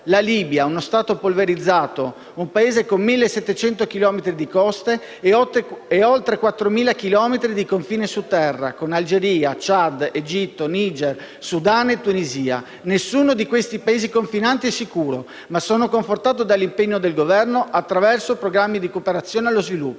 La Libia è uno Stato polverizzato, un Paese con 1.700 chilometri di coste e oltre 4.000 chilometri di confine su terra, con Algeria, Chad, Egitto, Niger, Sudan e Tunisia. Nessuno di questi Paesi confinanti è sicuro, ma sono confortato dall'impegno del Governo attraverso programmi di cooperazione allo sviluppo.